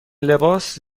لباس